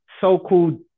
so-called